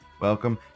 Welcome